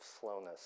slowness